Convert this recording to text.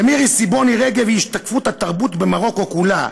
ומירי סיבוני רגב היא השתקפות התרבות במרוקו כולה"